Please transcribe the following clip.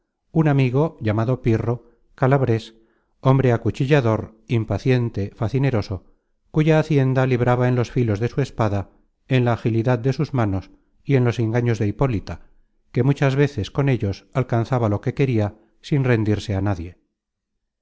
un amigo llamado pirro calabres hombre acuchillador impaciente facineroso cuya hacienda libraba en los filos de su espada en la agilidad de sus manos y en los engaños de hipólita que muchas veces con ellos alcanzaba lo que queria sin rendirse á nadie